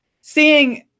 seeing